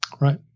Right